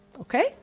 okay